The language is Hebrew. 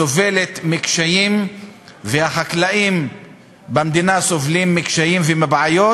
סובלת מקשיים והחקלאים במדינה סובלים מקשיים ומבעיות.